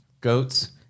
goats